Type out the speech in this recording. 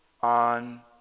on